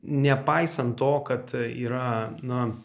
nepaisant to kad yra na